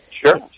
Sure